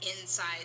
inside